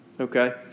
Okay